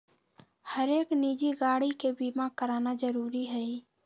हरेक निजी गाड़ी के बीमा कराना जरूरी हई